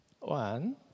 One